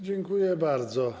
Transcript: Dziękuję bardzo.